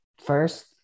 first